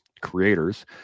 creators